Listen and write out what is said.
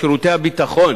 שירותי הביטחון